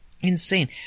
Insane